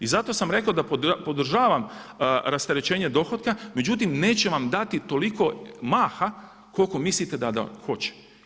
I zato sam rekao da podržavam rasterećenje dohotka, međutim neće vam dati toliko maha koliko mislite da hoće.